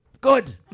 Good